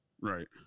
Right